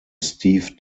steve